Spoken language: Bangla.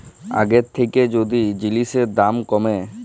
আগের থ্যাইকে যদি জিলিসের দাম ক্যমে